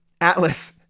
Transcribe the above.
Atlas